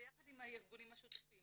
ביחד עם הארגונים השותפים.